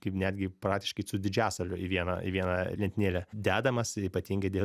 kaip netgi praktiškai su didžiasaliu į vieną į vieną lentynėlę dedamas ypatingai dėl